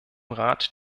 rat